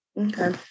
Okay